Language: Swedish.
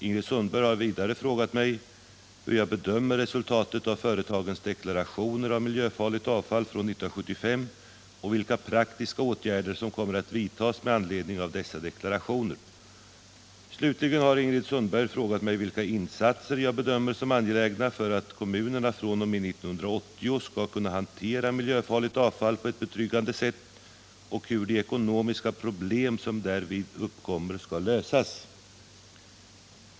Ingrid Sundberg har vidare frågat mig hur jag bedömer resultatet av företagens deklarationer av miljöfarligt avfall från 1975 och vilka praktiska åtgärder som kommer att vidtas med anledning av dessa deklarationer. Slutligen har Ingrid Sundberg frågat mig vilka insatser jag bedömer som angelägna för att kommunerna från och med 1980 skall kunna hantera miljöfarligt avfall på ett betryggande sätt och hur de ekonomiska problem som därvid uppkommer skall lösas.